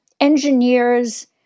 engineers